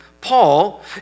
Paul